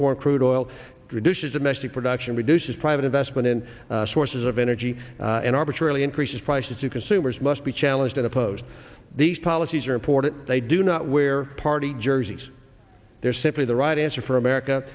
crude oil producers domestic production reduces private investment in sources of energy in arbitrarily increases prices to consumers must be challenged and opposed these policies are important they do not wear party jerseys they're simply the right answer for america